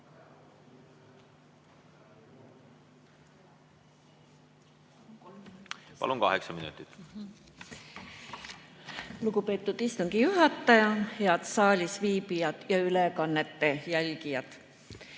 Palun, kaheksa minutit! Lugupeetud istungi juhataja! Head saalis viibijad ja ülekannete jälgijad!